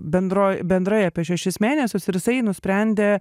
bendroj bendrai apie šešis mėnesius ir jisai nusprendė